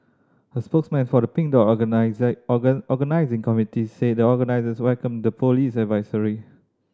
a spokesman for the Pink Dot organising committee said the organisers welcomed the police advisory